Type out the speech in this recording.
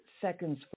seconds